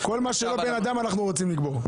האמת, כל מה שלא בן אדם אנחנו רוצים לקבור.